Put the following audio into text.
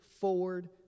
forward